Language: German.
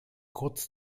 kurz